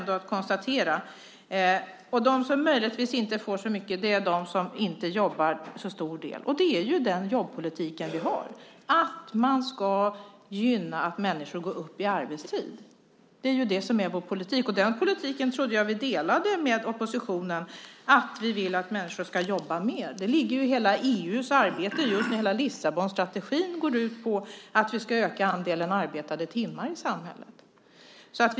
De som möjligtvis inte får så mycket är de som inte jobbar så mycket. Det är den jobbpolitik vi har, det vill säga att gynna att människor går upp i arbetstid. Det är vår politik. Jag trodde att vi delade den politiken med oppositionen, det vill säga att människor ska jobba mer. Det ligger i hela EU:s arbete just nu. Hela Lissabonstrategin går ut på att vi ska öka andelen arbetade timmar i samhället.